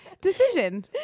decision